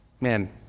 Man